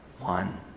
one